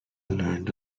learned